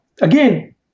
again